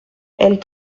elles